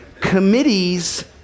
Committees